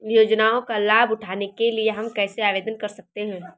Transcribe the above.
योजनाओं का लाभ उठाने के लिए हम कैसे आवेदन कर सकते हैं?